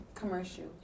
Commercial